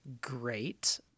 great